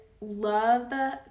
love